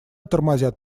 тормозят